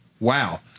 Wow